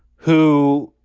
who,